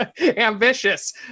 ambitious